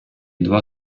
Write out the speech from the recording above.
два